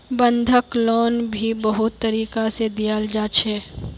बंधक लोन भी बहुत तरीका से दियाल जा छे